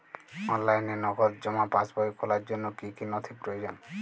অনলাইনে নগদ জমা পাসবই খোলার জন্য কী কী নথি প্রয়োজন?